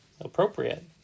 appropriate